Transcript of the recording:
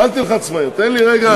ואל תלחץ מהר, תן לי רגע.